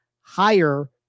higher